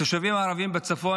התושבים הערבים בצפון,